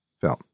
film